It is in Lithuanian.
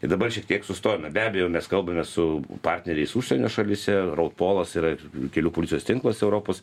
tai dabar šiek tiek sustojome be abejo mes kalbamės su partneriais užsienio šalyse europolas yra ir kelių policijos tinklas europos